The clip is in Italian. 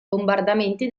bombardamenti